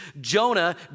Jonah